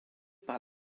par